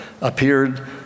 appeared